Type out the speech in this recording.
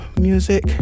music